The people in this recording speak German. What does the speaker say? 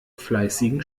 fleißigen